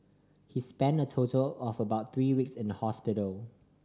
he spent a total of about three weeks in hospital